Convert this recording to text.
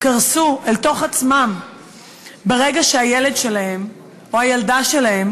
קרסו אל תוך עצמם ברגע שהילד שלהם או הילדה שלהם